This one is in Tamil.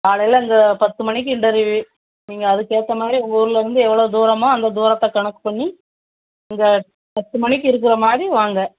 காலையில் இங்கே பத்து மணிக்கு இன்டர்வ்யூ நீங்கள் அதற்கேத்த மாதிரி உங்கள் ஊர்லேருந்து எவ்வளோ தூரமோ அந்த தூரத்தை கணக்கு பண்ணி இங்கே பத்து மணிக்கு இருக்குறமாதிரி வாங்க